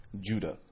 Judah